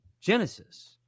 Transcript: genesis